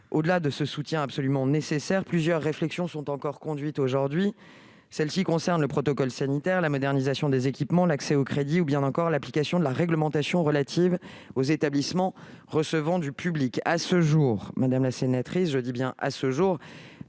Au-delà de ce soutien absolument nécessaire, plusieurs réflexions sont actuellement en cours : elles portent sur le protocole sanitaire, la modernisation des équipements, l'accès aux crédits, ou bien encore l'application de la réglementation relative aux établissements recevant du public. Toutefois, à ce jour- je dis bien : à ce jour